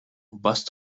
bust